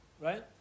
right